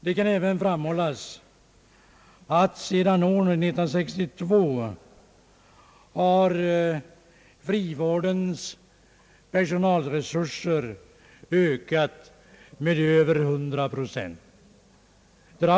Det kan även framhållas att frivårdens personalresurser sedan år 1962 ökat med över 100 procent.